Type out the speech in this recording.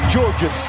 Georgia